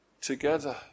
together